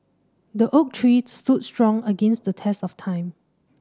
the oak tree stood strong against the test of time